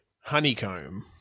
Honeycomb